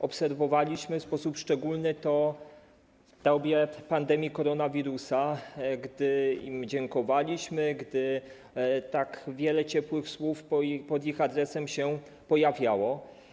Obserwowaliśmy to w sposób szczególny w dobie pandemii koronawirusa, gdy im dziękowaliśmy, gdy tak wiele ciepłych słów pod ich adresem się pojawiało.